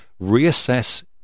reassess